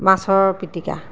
মাছৰ পিটিকা